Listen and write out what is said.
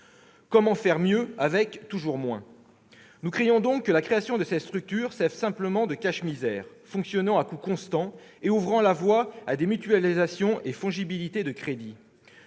Comment faire mieux avec toujours moins ? Nous craignons donc que la création de cette structure ne serve simplement de cache-misère, fonctionnant à coût constant et ouvrant la voie à des mutualisations et à une fongibilité des crédits.